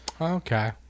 Okay